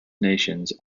nations